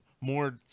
more